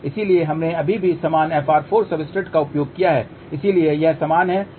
इसलिए हमने अभी भी समान FR4 सब्सट्रेट का उपयोग किया है इसलिए यह समान है